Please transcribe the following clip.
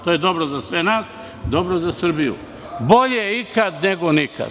To je dobro za sve nas, dobro za Srbiju, bolje ikad nego nikad.